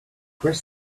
press